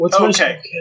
Okay